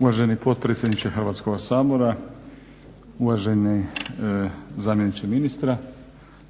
Uvaženi potpredsjedniče Hrvatskoga sabora, uvaženi zamjeniče ministra